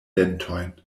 dentojn